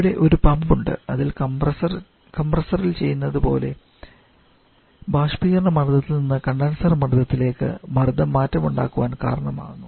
ഇവിടെ ഒരു പമ്പ് ഉണ്ട് അതിൽ കംപ്രസ്സറിൽ ചെയ്തതു പോലെ ബാഷ്പീകരണ മർദ്ദത്തിൽ നിന്ന് കണ്ടൻസർ മർദ്ദ നിലയിലേക്ക് മർദ്ദം മാറ്റമുണ്ടാകാൻ കാരണമാകുന്നു